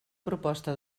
proposta